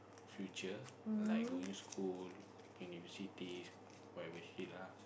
future like going school universities whatever shit lah